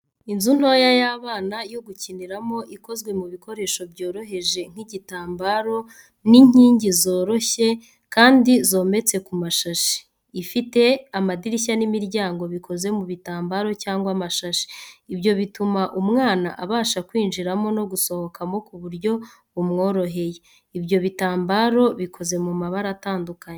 Inzu ntoya y'abana yo gukiniramo, ikozwe mu bikoresho byoroheje nk'igitambaro n'inkingi zoroshye kandi zometse ku mashashi, ifite amadirishya n'imiryango bikoze mu bitambaro cyangwa amashashi. Ibyo bituma umwana abasha kwinjiramo no gusohokamo ku buryo bumworeheye. Ibyo bitambaro bikoze mu mabara atandukanye.